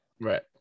Right